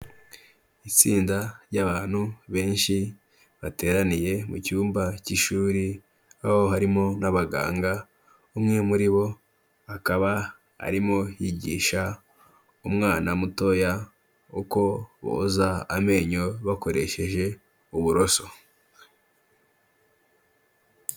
Itsinda ry'abantu benshi bateraniye mu cyumba cy'ishuri, aho harimo n'abaganga umwe muri bo akaba arimo yigisha umwana mutoya uko boza amenyo bakoresheje uburoso.